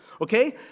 Okay